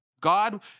God